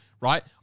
right